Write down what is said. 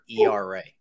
ERA